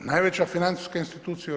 najveća financijska institucija u RH.